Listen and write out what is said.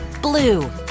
blue